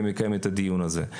ומקיים את הדיון הזה.